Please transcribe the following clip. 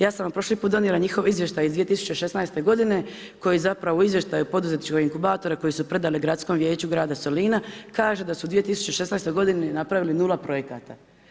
Ja sam vam prošli put donijela njihov izvještaj iz 2016. godine, koji zapravo u izvještaju poduzetničkog inkubatora koji su predale gradskom vijeću grada Solina, kaže da su 2016. godine napravili 0 projekata.